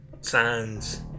signs